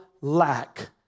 lack